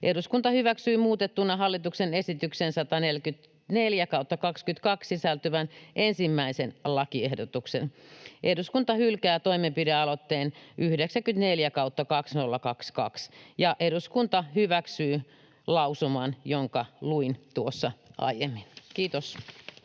eduskunta hyväksyy muutettuna hallituksen esitykseen 144/2022 sisältyvän ensimmäisen lakiehdotuksen, eduskunta hylkää toimenpidealoitteen 94/2022 ja eduskunta hyväksyy lausuman, jonka luin tuossa aiemmin. — Kiitos.